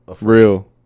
real